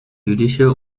jüdische